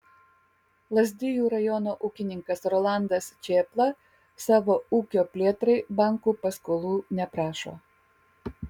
lazdijų rajono ūkininkas rolandas čėpla savo ūkio plėtrai bankų paskolų neprašo